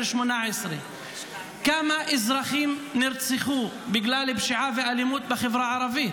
2018. כמה אזרחים נרצחו בגלל פשיעה ואלימות בחברה הערבית?